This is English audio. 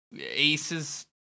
Ace's